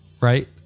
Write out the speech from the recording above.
Right